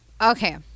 Okay